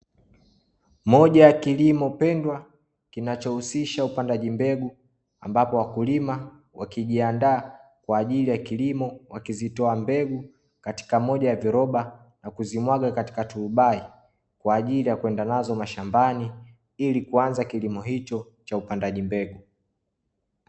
Moja ya kilimo pendwa kinachohusisha upandaji mbegu, ambapo wakulima wakijiandaa kwaajili ya kilimo wakizitoa mbegu katika moja ya viroba, na kuzimwaga katika turubai kwaajili ya kwenda nazo mashambani, ili kuanza kilimo hicho cha upandaji mbegu.